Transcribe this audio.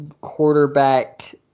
quarterback